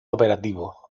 operativo